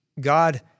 God